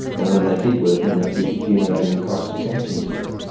and when they keep working they keep accumulating costs attaching to that.